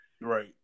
Right